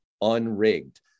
Unrigged